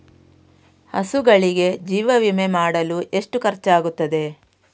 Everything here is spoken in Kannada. ಹಸುಗಳಿಗೆ ಜೀವ ವಿಮೆ ಮಾಡಲು ಎಷ್ಟು ಖರ್ಚಾಗುತ್ತದೆ?